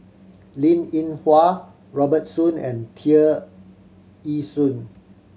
Linn In Hua Robert Soon and Tear Ee Soon